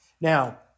Now